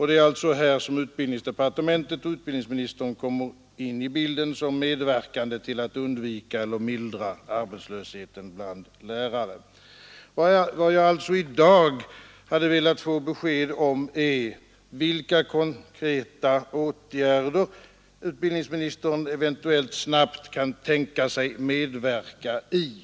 Det är här som utbildningsdepartementet och utbildningsministern kommer in i bilden som medverkande till att undvika eller mildra arbetslösheten bland lärarna. Vad jag alltså i dag hade velat få besked om är vilka konkreta åtgärder utbildningsministern snabbt kan tänka sig medverka i.